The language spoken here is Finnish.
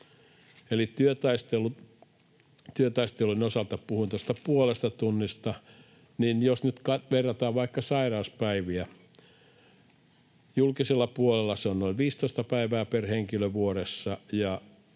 työtaistelujen osalta puhuin tuosta puolesta tunnista, niin jos nyt verrataan vaikka sairauspäiviä — julkisella puolella se on noin 15 päivää per henkilö vuodessa